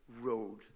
road